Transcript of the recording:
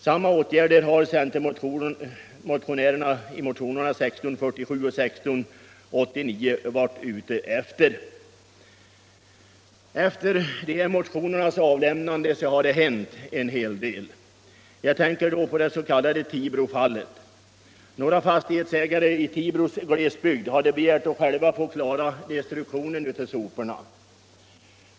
Samma åtgärder har centermotionärer varit ute efter i motionerna 1647 och 1689. Sedan motionerna väcktes har det hänt en hel del. Jag tänker därvid på dets.k. Tibrofallet. Några fastighetsägare i Tibros glesbygd hade begärt att själva få klara destruktionen av soporna.